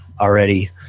already –